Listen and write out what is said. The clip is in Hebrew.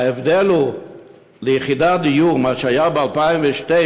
ההבדל הוא ליחידת דיור, מה שהיה ב-2012,